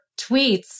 tweets